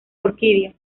orquídeas